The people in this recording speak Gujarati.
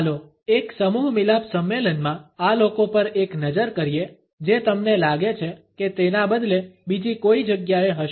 ચાલો એક સમૂહ મિલાપ સંમેલનમાં આ લોકો પર એક નજર કરીએ જે તમને લાગે છે કે તેના બદલે બીજી કોઇ જગ્યાએ હશે